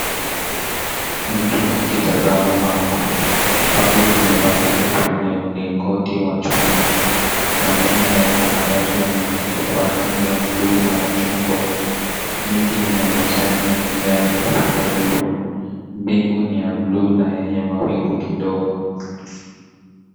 Mtu akitazama bango, bango limebandikwa kwenye mlingoti wa chuma. Maneno ya tahadhari yameandikwa kwa rangi ya blue na machungwa. Miti yenye majani ya kijani iko karibu. Mbingu ni ya blue na yenye mawingu kidogo.